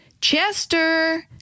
Chester